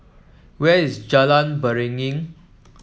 where is Jalan Beringin